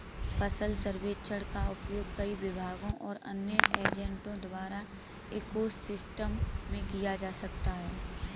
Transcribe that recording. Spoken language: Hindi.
फसल सर्वेक्षण का उपयोग कई विभागों और अन्य एजेंटों द्वारा इको सिस्टम में किया जा सकता है